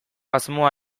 asmoa